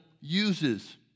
uses